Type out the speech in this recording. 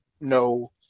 no